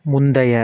முந்தைய